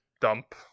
dump